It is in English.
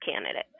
candidate